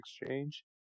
exchange